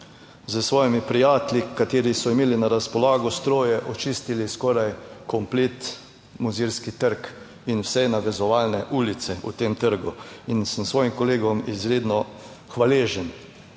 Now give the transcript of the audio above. s svojimi prijatelji, kateri so imeli na razpolago stroje, očistili skoraj komplet mozirski trg in vse navezovalne ulice v tem trgu in sem svojim kolegom izredno hvaležen